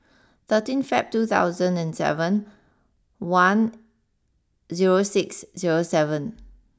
thirteen Feb two thousand and seven one zero six zero seven